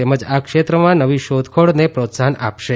તેમજ આ ક્ષેત્રમાં નવી શોધખોળને પ્રોત્સાહન આપશે